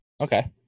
Okay